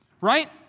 Right